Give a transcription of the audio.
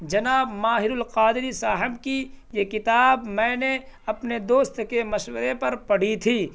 جناب ماہر القادری صاحب کی یہ کتاب میں نے اپنے دوست کے مشورے پر پڑھی تھی